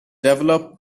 develop